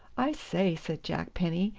i say, said jack penny,